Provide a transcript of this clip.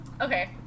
Okay